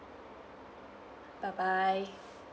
bye bye